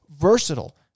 versatile